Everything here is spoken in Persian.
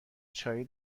چایی